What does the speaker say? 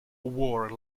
war